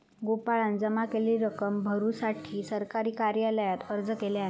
गोपाळान जमा केलेली रक्कम भरुसाठी सरकारी कार्यालयात अर्ज केल्यान